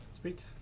Sweet